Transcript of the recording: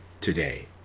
today